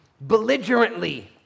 belligerently